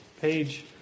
Page